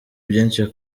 byinshi